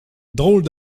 drôle